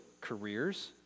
careers